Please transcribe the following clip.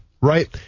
right